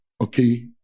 okay